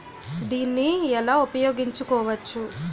దీన్ని ఎలా ఉపయోగించు కోవచ్చు?